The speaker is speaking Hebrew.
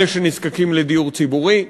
אלה שנזקקים לדיור ציבורי,